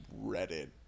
Reddit